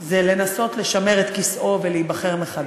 זה לנסות לשמר את כיסאו ולהיבחר מחדש,